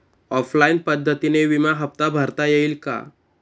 Online पद्धतीने विमा हफ्ता भरता येईल का?